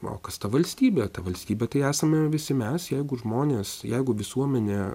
na o kas ta valstybė ta valstybė tai esame visi mes jeigu žmonės jeigu visuomenė